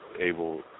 able